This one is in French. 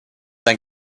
d’un